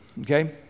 okay